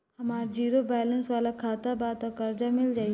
हमार zero balance वाला खाता बा त कर्जा मिल जायी?